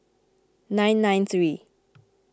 nine nine three